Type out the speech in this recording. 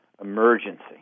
emergency